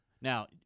Now